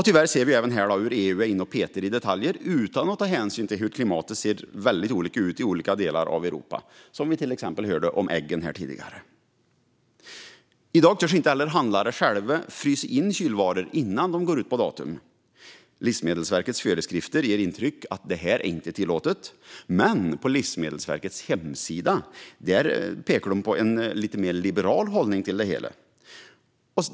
Tyvärr ser vi även här att EU är inne och petar i detaljer utan att ta hänsyn till att klimatet ser väldigt olika ut i olika delar av Europa, som vi hörde här tidigare om till exempel äggen. I dag törs handlare inte frysa in kylvaror innan de går ut. Livsmedelsverkets föreskrifter ger intrycket att det inte är tillåtet, men på Livsmedelsverkets hemsida har man en lite mer liberal hållning.